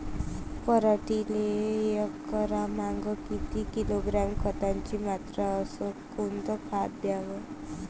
पराटीले एकरामागं किती किलोग्रॅम खताची मात्रा अस कोतं खात द्याव?